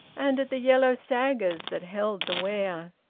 and at the yellow saggers that held the ware.